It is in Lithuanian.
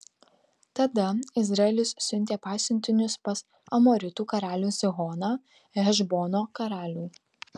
tada izraelis siuntė pasiuntinius pas amoritų karalių sihoną hešbono karalių